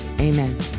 amen